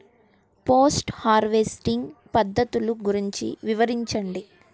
Post harvesting పద్ధతులు గురించి వివరించండి?